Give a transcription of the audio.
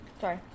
sorry